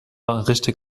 richtig